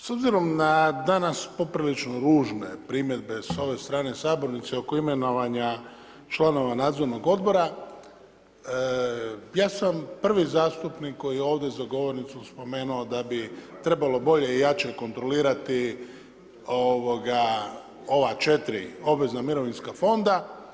S obzirom na danas poprilično ružne primjedbe s ove strane sabornice, oko imenovanja članova nadzornog odbora, ja sam prvi zastupnik, koji je ovdje za govornicom spomenuo da bi trebalo bolje i lakše kontrolirati ova 4 obvezna mirovinska fonda.